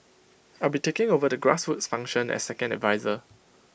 I'll be taking over the grassroots function as second adviser